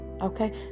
okay